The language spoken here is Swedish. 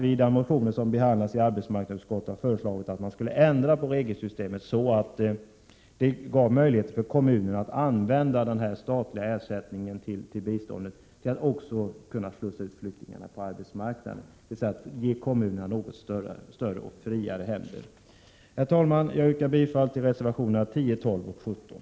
I motionerna i arbetsmarknadsutskottet har vi föreslagit att man skulle ändra regelsystemet så att det gav möjlighet för kommunerna att använda denna statliga ersättning också för att slussa ut flyktingarna på arbetsmarknaden. Det handlar alltså om att ge kommunerna något friare händer. Herr talman! Jag yrkar bifall till reservationerna 10, 12 och 17.